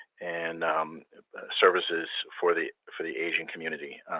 and services for the for the aging community.